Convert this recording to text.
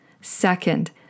Second